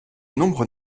nombres